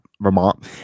Vermont